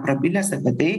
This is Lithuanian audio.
prabilęs apie tai